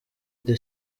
the